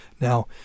now